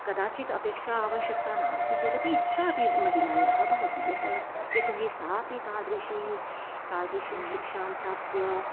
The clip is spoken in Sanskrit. कदाचित् अपेक्षा आवश्यकता नास्ति चेदपि इच्छा अपि महिलायाः भवति यत् यतोहि सा अपि तादृशीं तादृशीं शिक्षां प्राप्य